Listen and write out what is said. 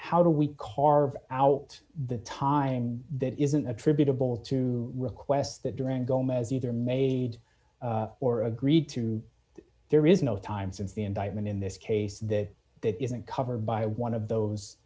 how do we call our out the time that isn't attributable to requests that during gomez either made or agreed to there is no time since the indictment in this case that that isn't covered by one of those